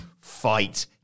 fight